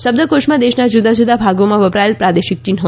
શબ્દકોશમાં દેશના જુદા જુદા ભાગોમાં વપરાયેલ પ્રાદેશિક ચિન્હ પણ છે